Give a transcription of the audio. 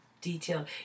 detail